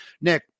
Nick